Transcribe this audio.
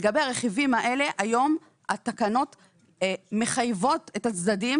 לגבי רכיבים אלה, היום התקנות מחייבות את הצדדים